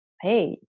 Hey